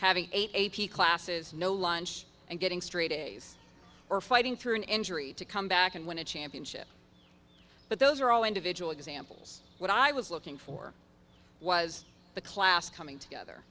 having a p classes no lunch and getting straight a's or fighting through an injury to come back and win a championship but those are all individual examples what i was looking for was the class coming together